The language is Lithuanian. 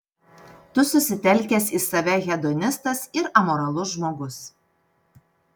tu susitelkęs į save hedonistas ir amoralus žmogus